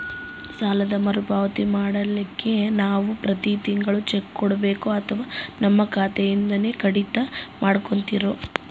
ಸಾಲದ ಮರುಪಾವತಿ ಮಾಡ್ಲಿಕ್ಕೆ ನಾವು ಪ್ರತಿ ತಿಂಗಳು ಚೆಕ್ಕು ಕೊಡಬೇಕೋ ಅಥವಾ ನಮ್ಮ ಖಾತೆಯಿಂದನೆ ಕಡಿತ ಮಾಡ್ಕೊತಿರೋ?